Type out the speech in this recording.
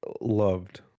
loved